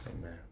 amen